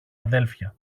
αδέλφια